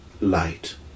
light